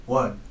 one